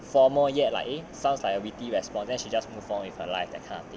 for more yet like eh sounds like a witty response then she just move on with her life that kind of thing